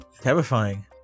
Terrifying